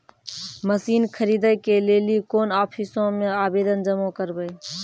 Machine खरीदै के लेली कोन आफिसों मे आवेदन जमा करवै?